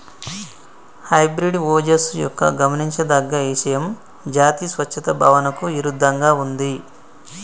hybrid ఓజస్సు యొక్క గమనించదగ్గ ఇషయం జాతి స్వచ్ఛత భావనకు ఇరుద్దంగా ఉంది